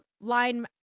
line